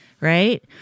right